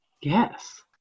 Yes